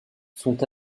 sont